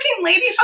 lady